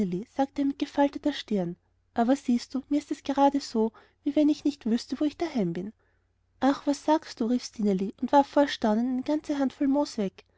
sagte er mit gefalteter stirne aber siehst du mir ist es gerade so wie wenn ich nicht wüßte wo ich daheim bin ach was sagst du rief stineli und warf vor erstaunen eine ganze hand voll moos weg